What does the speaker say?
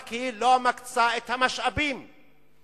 רק היא לא מצאה את המשאבים הדרושים,